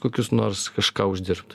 kokius nors kažką uždirbt